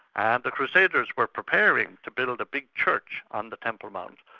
and the crusaders were preparing to build a big church on the temple mount,